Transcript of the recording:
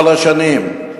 כל השנים,